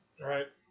Right